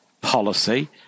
policy